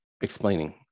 explaining